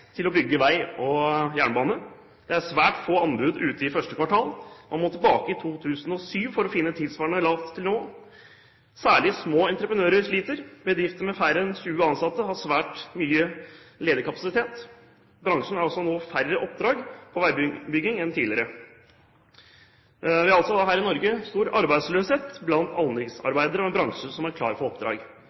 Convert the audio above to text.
til å bygge vei og jernbane. Det er svært få anbud ute i første kvartal. Man må tilbake til 2007 for å finne tilsvarende lavt nivå. Særlig små entreprenører sliter. Bedrifter med færre enn 20 ansatte har svært mye ledig kapasitet. Bransjen har altså nå færre oppdrag innen veibygging enn tidligere. Vi har altså i Norge stor arbeidsløshet blant anleggsarbeidere, og en bransje som er klar for oppdrag.